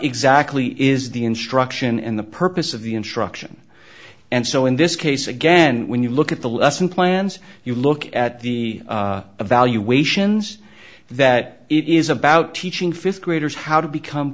exactly is the instruction and the purpose of the instruction and so in this case again when you look at the lesson plans you look at the evaluations that it is about teaching fifth graders how to become